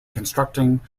constructing